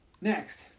Next